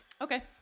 Okay